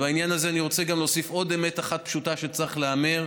בעניין הזה אני רוצה להוסיף עוד אמת אחד פשוטה שצריכה להיאמר.